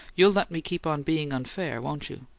you'll let me keep on being unfair, won't you?